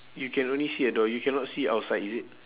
you can only see a door you cannot see outside is it